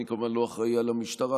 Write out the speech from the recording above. אני כמובן לא אחראי למשטרה,